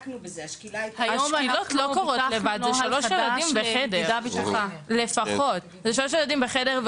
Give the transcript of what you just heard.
היינו שלושה ילדים לפחות בחדר,